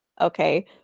okay